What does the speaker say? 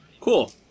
Cool